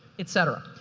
et cetera.